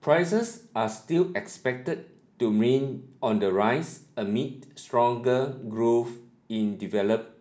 prices are still expected to main on the rise amid stronger growth in developed